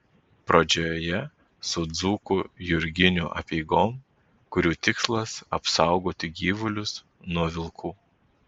pradžioje su dzūkų jurginių apeigom kurių tikslas apsaugoti gyvulius nuo vilkų